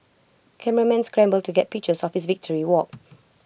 cameramen scramble to get pictures victory walk